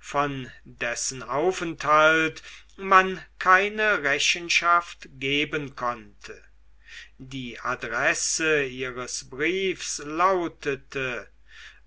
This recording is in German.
von dessen aufenthalt man keine rechenschaft geben konnte die adresse ihres briefs lautete